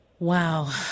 Wow